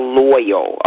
loyal